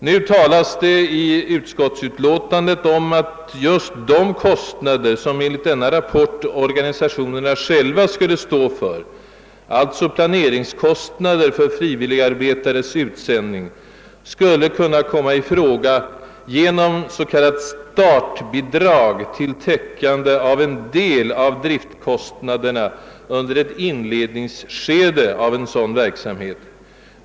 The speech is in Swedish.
Nu omnämns i utskottsutlåtandet att just de kostnader, som enligt denna rapport organisationerna själva skulle stå för — alltså planeringskostnader för frivilligarbetares utsändning — skulle kunna komma i fråga genom ett s.k. startbidrag för täckande av en del av driftkostnaderna under ett inledningsskede av en sådan verksamhet.